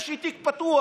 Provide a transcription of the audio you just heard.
יש לי תיק פתוח,